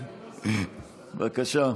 בבקשה,